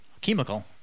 chemical